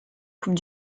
coupe